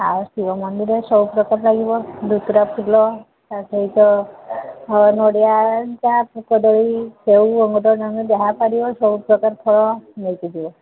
ଆଉ ଶିବ ମନ୍ଦିରରେ ସବୁ ପ୍ରକାର ଲାଗିବ ଦୁର୍ଦୁରା ଫୁଲ ତା' ସହିତ ଫଳ ନଡ଼ିଆ କଦଳୀ ସେଓ ଅଙ୍ଗୁର ତମେ ଯାହା ପାରିବ ସବୁ ପ୍ରକାର ଫଳ ନେଇକି ଯିବ